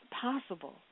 possible